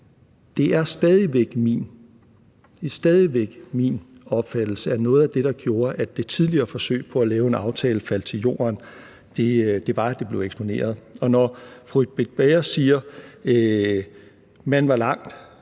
det er stadig væk min opfattelse, at noget af det, der gjorde, at det tidligere forsøg på at lave en aftale faldt til jorden, var, at det blev eksponeret. Og når fru Britt Bager siger, at man var langt